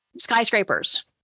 skyscrapers